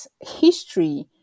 history